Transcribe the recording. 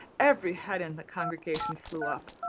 every head in the congregation flew up.